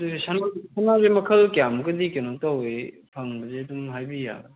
ꯑꯗꯨꯗꯤ ꯁꯅꯥꯖꯦ ꯃꯈꯜ ꯀꯌꯥꯃꯨꯛꯀꯗꯤ ꯀꯩꯅꯣ ꯇꯧꯋꯤ ꯐꯪꯕꯁꯦ ꯑꯗꯨꯝ ꯍꯥꯏꯕꯤ ꯌꯥꯕ꯭ꯔꯥ